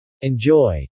Enjoy